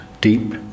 deep